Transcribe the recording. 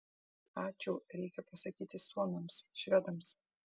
ačiū reikia pasakyti suomiams švedams